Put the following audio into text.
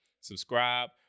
subscribe